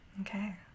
Okay